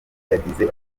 yagize